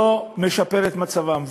לא משפר את מצבם.